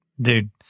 Dude